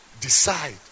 decide